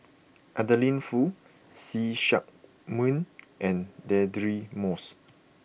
Adeline Foo See Chak Mun and Deirdre Moss